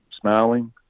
smiling